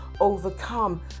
overcome